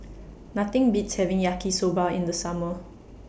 Nothing Beats having Yaki Soba in The Summer